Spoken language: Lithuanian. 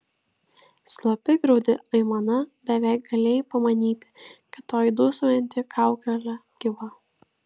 slopi graudi aimana beveik galėjai pamanyti kad toji dūsaujanti kaukolė gyva